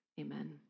Amen